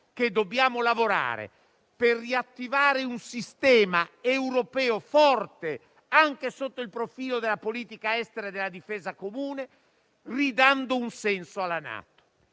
che dobbiamo lavorare per riattivare un sistema europeo forte anche sotto il profilo della politica estera e della difesa comune, ridando un senso alla NATO.